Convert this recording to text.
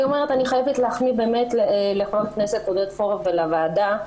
אני חייבת להחמיא באמת לחבר הכנסת עודד פורר ולוועדה.